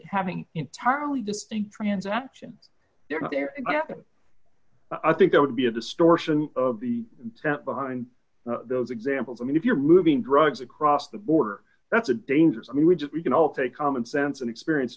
having entirely distinct transaction they're not there i think there would be a distortion of the sound behind those examples i mean if you're moving drugs across the border that's a dangerous i mean we just we can all take common sense and experience